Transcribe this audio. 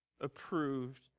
approved